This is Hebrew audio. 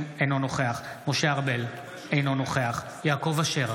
אינו נוכח משה ארבל, אינו נוכח יעקב אשר,